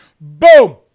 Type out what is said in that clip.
Boom